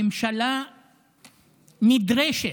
הממשלה נדרשת,